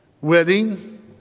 wedding